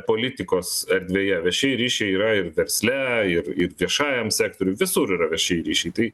politikos erdvėje viešieji ryšiai yra ir versle ir ir viešajam sektoriuj visur yra viešieji ryšiai tai